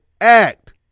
act